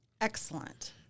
Excellent